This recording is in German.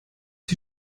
die